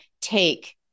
take